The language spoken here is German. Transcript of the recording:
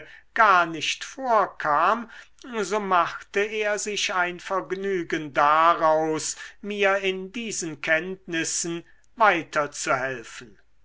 gar nicht vorkam so machte er sich ein vergnügen daraus mir in diesen kenntnissen